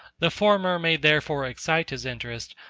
the former may therefore excite his interest,